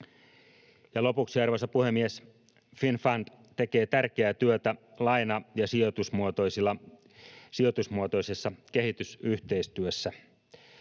Lopuksi, arvoisa puhemies: Finnfund tekee tärkeää työtä laina- ja sijoitusmuotoisessa kehitysyhteistyössä.